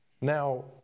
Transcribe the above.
Now